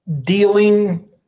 dealing